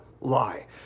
lie